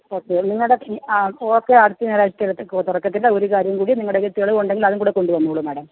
okay നിങ്ങളുടെ ആ okay അടുത്ത ഞായറാഴ്ച തുറക്കത്തില്ല ഒരു കാര്യം കൂടി നിങ്ങളുടെ കയ്യിൽ തെളിവുണ്ടെങ്കിൽ അതുംകൂടെ കൊണ്ടുവന്നോളു മേടം